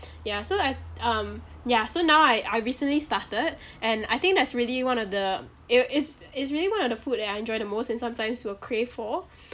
ya so like um ya so now I I recently started and I think that's really one of the you know it's it's really one of the food that I enjoy the most and sometimes will crave for